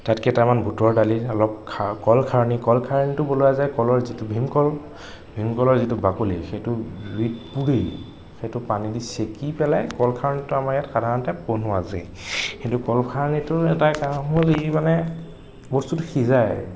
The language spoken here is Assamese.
তাত কেইটামান বুটৰ দালিত অলপ খাৰ কলখাৰণি কলখাৰণিটো বনোৱা যায় কলৰ যিটো ভীমকল ভীমকলৰ যিটো বাকলি সেইটো জুইত পুৰি সেইটো পানী দি চেকি পেলাই কলখাৰণিটো আমাৰ সাধাৰণতে আমাৰ বনোৱা যায় সেইটো কলখাৰণিটো এটা কাৰণ হ'ল ই মানে বস্তুটো সিজাই